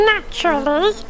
Naturally